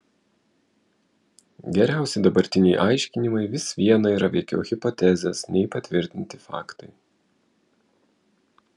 geriausi dabartiniai aiškinimai vis viena yra veikiau hipotezės nei patvirtinti faktai